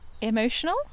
Emotional